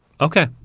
Okay